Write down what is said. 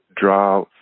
draw